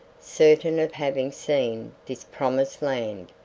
certain of having seen this promised land,